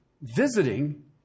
visiting